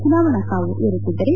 ಚುನಾವಣಾ ಕಾವು ಏರುತ್ತಿದ್ದರೆ